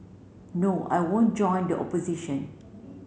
no I won't join the opposition